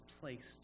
placed